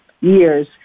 years